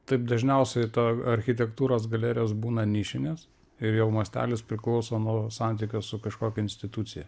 taip dažniausiai ta architektūros galerijos būna nišinės ir jau mastelis priklauso nuo santykio su kažkokia institucija